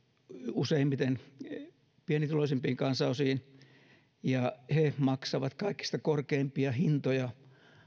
useimmiten pienituloisimpiin kansanosiin he maksavat kaikista korkeimpia hintoja